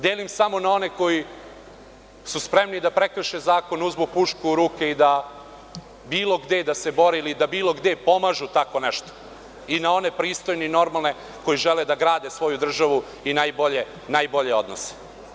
Delim samo na one koji su spremni da prekrše zakon, uzmu pušku u ruke i da se bilo gde bore ili da bilo gde pomažu tako nešto i na one pristojne i normalne koji žele da grade svoju državu i najbolje odnose.